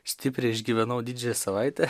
stipriai išgyvenau didžiąją savaitę